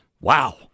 Wow